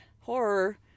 horror